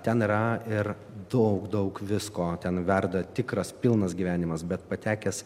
ten yra ir daug daug visko ten verda tikras pilnas gyvenimas bet patekęs